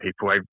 people